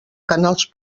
canals